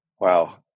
Wow